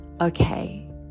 okay